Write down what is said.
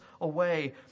away